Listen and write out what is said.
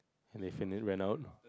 and they fit in right now